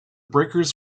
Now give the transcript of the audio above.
breakers